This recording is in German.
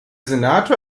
senator